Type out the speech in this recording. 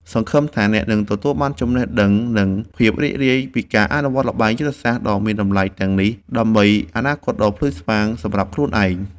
សង្ឃឹមថាអ្នកនឹងទទួលបាននូវចំណេះដឹងនិងភាពរីករាយពីការអនុវត្តល្បែងយុទ្ធសាស្ត្រដ៏មានតម្លៃទាំងនេះដើម្បីអនាគតដ៏ភ្លឺស្វាងសម្រាប់ខ្លួនឯង។